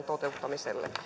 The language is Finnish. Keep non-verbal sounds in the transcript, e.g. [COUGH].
[UNINTELLIGIBLE] toteuttamiselle